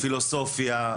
פילוסופיה,